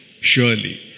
Surely